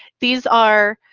these are,